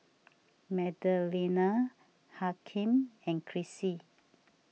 Magdalena Hakeem and Chrissie